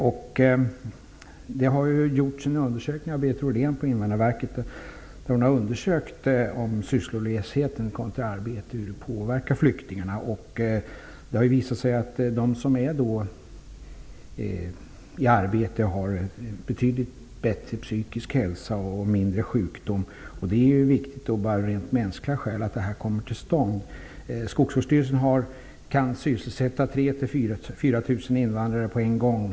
Berit Rollén på Invandrarverket har undersökt hur sysslolöshet kontra arbete påverkar flyktingarna. Det har visat sig att de som är i arbete har betydligt bättre psykisk hälsa och mindre sjukdom. Det är viktigt bara av rent mänskliga skäl att verksamheten kommer till stånd. Skogsvårdsstyrelsen kan sysselsätta 3 000--4 000 invandrare på en gång.